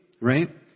right